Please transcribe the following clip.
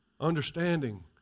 Understanding